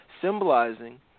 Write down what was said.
symbolizing